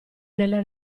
nelle